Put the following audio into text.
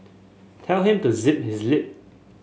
tell him to zip his lip